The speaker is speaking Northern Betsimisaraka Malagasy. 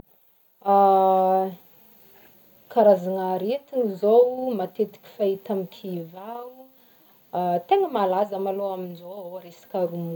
Karazany aretigny zao matetiky hita amin'ny kivà, ny tegna malaza maloha amin'izao dia ny